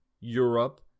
Europe